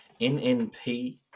NNP